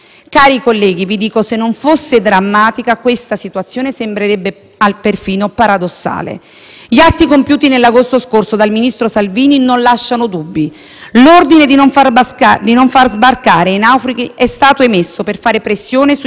Gli atti compiuti nell'agosto scorso dal ministro Salvini non lasciano dubbi. L'ordine di non far sbarcare i naufraghi è stato emesso per fare pressione sugli Stati dell'Unione europea. Un Governo serio si sarebbe attivato per cambiare le regole comuni con mezzi leciti.